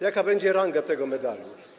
Jaka będzie ranga tego medalu?